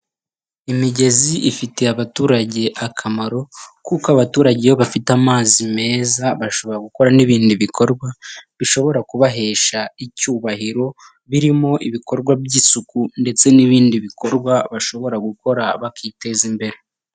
Imigezi ifitiye abaturage akamaro, kuko abaturage iyo bafite amazi meza bashobora gukora n'ibindi bikorwa bishobora kubahesha icyubahiro, birimo ibikorwa by'isuku, ndetse nibindi bikorwa bashobora gukora bakiteza imbere.